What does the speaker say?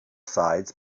sides